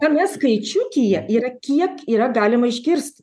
tame skaičiukyje yra kiek yra galima išgirsti